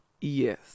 Yes